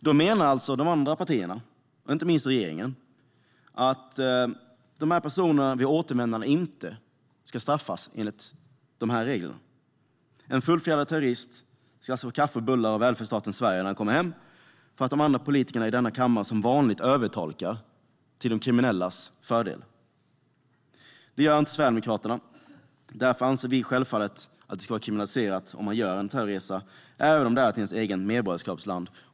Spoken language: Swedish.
Då menar de andra partierna, och inte minst regeringen, att en sådan person vid återvändande inte ska straffas enligt reglerna. En fullfjädrad terrorist ska alltså få kaffe och bullar av välfärdsstaten Sverige när han kommer hem för att de andra politikerna i denna kammare som vanligt övertolkar till de kriminellas fördel. Det gör inte Sverigedemokraterna. Därför anser vi självfallet att det ska vara kriminaliserat om man gör en terrorresa även om det är till ens eget medborgarskapsland.